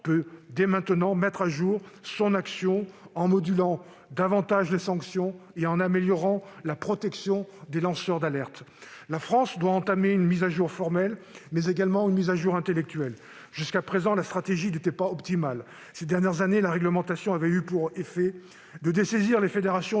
peut dès maintenant mettre à jour son action en modulant davantage les sanctions et en améliorant la protection des lanceurs d'alerte. La France doit entamer une mise à jour à la fois formelle et intellectuelle. Jusqu'à présent, la stratégie adoptée n'était pas optimale. Ces dernières années, la réglementation avait eu pour effet de dessaisir les fédérations